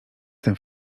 tym